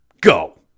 go